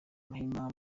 muhima